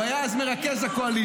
הוא היה אז מרכז הקואליציה.